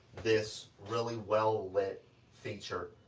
this really well lit feature.